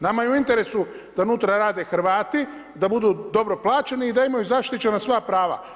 Nama je u interesu da unutra rade Hrvati, da budu dobro plaćeni i da imaju zaštićena svoja prava.